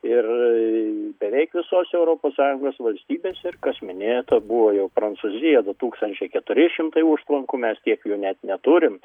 ir beveik visose europos sąjungos valstybėse ir kas minėta buvo jau prancūzija du tūkstančiai keturi šimtai užtvankų mes tiek jų net neturim